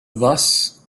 thus